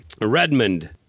Redmond